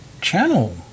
channel